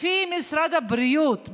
לפי משרד הבריאות,